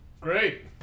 Great